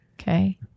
Okay